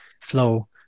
flow